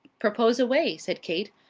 propose away, said kate.